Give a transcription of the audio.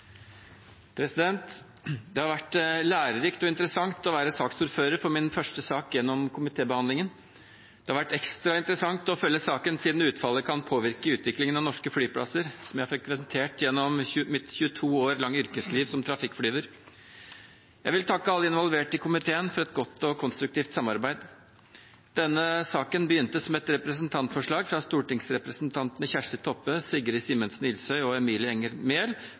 sak gjennom komitébehandlingen. Det har vært ekstra interessant å følge saken, siden utfallet kan påvirke utviklingen av norske flyplasser, som jeg har frekventert gjennom mitt 22 år lange yrkesliv som trafikkflyver. Jeg vil takke alle involverte i komiteen for et godt og konstruktivt samarbeid. Denne saken begynte som et representantforslag fra stortingsrepresentantene Kjersti Toppe, Sigrid Simensen Ilsøy og Emilie Enger Mehl